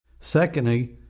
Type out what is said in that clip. Secondly